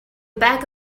bag